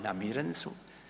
Namireni su.